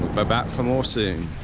but back for more soon.